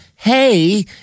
Hey